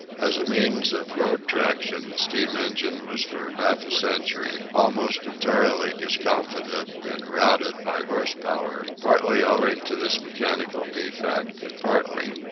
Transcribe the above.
as a means of road traction the steam-engine was for half a century almost entirely discomfited and routed by horse-power, partly owing to this mechanical defect and partly,